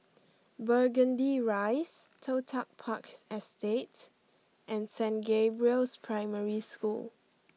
Burgundy Rise Toh Tuck Parks Estate and Saint Gabriel's Primary School